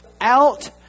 out